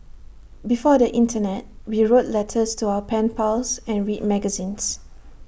before the Internet we wrote letters to our pen pals and read magazines